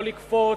לא לקפוץ,